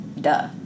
Duh